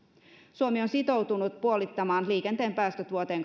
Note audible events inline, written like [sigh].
suomi on sitoutunut puolittamaan liikenteen päästöt vuoteen [unintelligible]